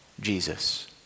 Jesus